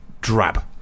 drab